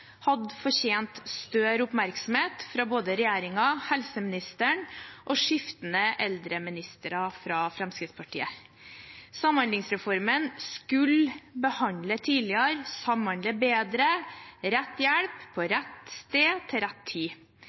hadde fortjent større oppmerksomhet fra både regjeringen, helseministeren og skiftende eldreministre fra Fremskrittspartiet. Samhandlingsreformen skulle føre til tidligere behandling og bedre samhandling – rett hjelp på rett sted til rett tid.